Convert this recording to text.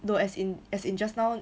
no as in as in just now